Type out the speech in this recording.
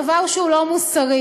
דבר שהוא לא מוסרי.